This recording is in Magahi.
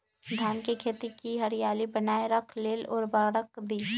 धान के खेती की हरियाली बनाय रख लेल उवर्रक दी?